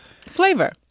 flavor